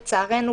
לצערנו,